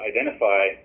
identify